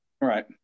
Right